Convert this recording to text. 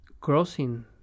crossing